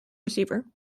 receiver